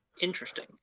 Interesting